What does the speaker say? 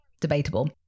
Debatable